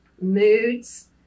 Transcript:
moods